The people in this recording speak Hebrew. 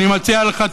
אני מציע לך,